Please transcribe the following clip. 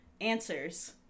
Answers